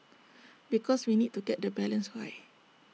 because we need to get the balance right